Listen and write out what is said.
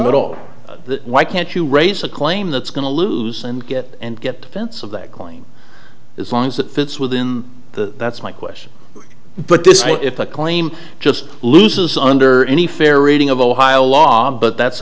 middle why can't you raise a claim that's going to lose and get and get a sense of that claim as long as it fits within the that's my question but this if a claim just loses under any fair reading of ohio law but that's